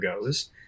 goes